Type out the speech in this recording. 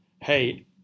Hey